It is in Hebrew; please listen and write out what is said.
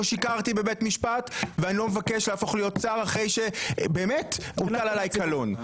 לא שיקרתי בבית משפט ואני לא מבקש להפוך להיות שר אחרי שהוטל עלי קלון.